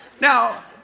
Now